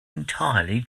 entirely